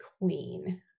Queen